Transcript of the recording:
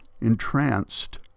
entranced